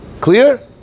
Clear